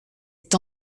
est